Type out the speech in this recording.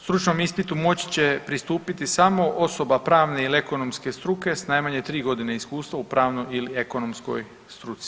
Stručnom ispitu moći će pristupiti samo osoba pravne ili ekonomske struke s najmanje 3 godine iskustva u pravnoj ili ekonomskoj struci.